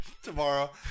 Tomorrow